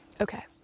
Okay